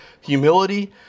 humility